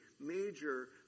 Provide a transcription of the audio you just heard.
major